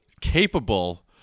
capable